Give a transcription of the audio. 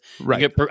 Right